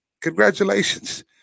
congratulations